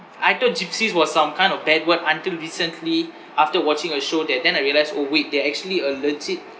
I thought gypsies was some kind of bad word until recently after watching a show then then I realised orh wait they're actually a legit